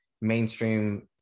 mainstream